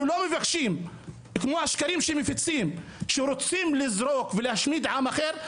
אנחנו לא מבקשים כמו השקרים שמפיצים שרוצים לזרוק ולהשמיד עם אחר,